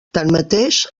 tanmateix